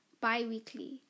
bi-weekly